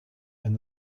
and